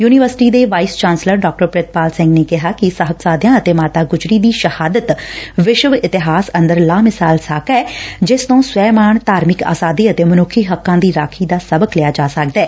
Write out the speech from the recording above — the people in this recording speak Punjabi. ਯੁਨੀਵਰਸਿਟੀ ਦੇ ਵਾਈਸ ਚਾਂਸਲਰ ਡਾ ਪ੍ਰਿਤਪਾਲ ਸਿੰਘ ਨੇ ਕਿਹਾ ਕਿ ਸਾਹਿਬਜਾਦਿਆਂ ਅਤੇ ਮਾਤਾ ਗੁਜਰੀ ਦੀ ਸ਼ਹਾਦਤ ਵਿਸ਼ਵ ਇਤਿਹਾਸ ਅੰਦਰ ਲਾਮਿਸਾਲ ਸਾਕਾ ਏ ਜਿਸ ਤੋਂ ਸਵੈਮਾਣ ਧਾਰਮਿਕ ਆਜਾਦੀ ਅਤੇ ਮਨੁੱਖੀ ਹੱਕਾਂ ਦੀ ਰਾਖੀ ਦਾ ਸਬਕ ਲਿਆ ਜਾ ਸਕਦੈ